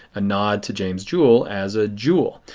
a nod to james joule as a joule.